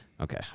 Okay